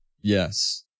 Yes